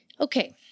Okay